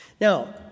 Now